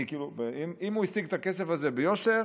אם הוא השיג את הכסף הזה ביושר,